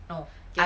no I